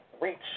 reach